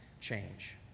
change